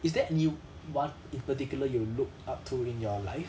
is there anyone in particular you look up to in your life